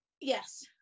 yes